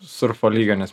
surfo lygio nes